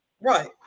Right